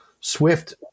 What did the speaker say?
Swift